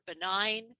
benign